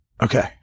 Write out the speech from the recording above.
Okay